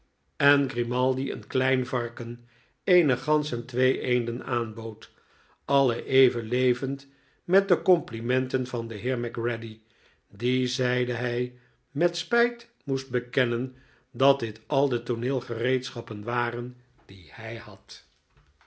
en grijozef grimaldi maldi een klein varken eene gans en twee eenden aanbood alle even levend met de complimenten van den heer macready die zeide hij met spijt moest bekennen dat dit al de tooneelgereedschappen waren die hij had